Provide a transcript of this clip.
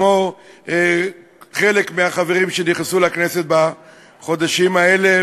כמו חלק מהחברים שנכנסו לכנסת בחודשים האלה,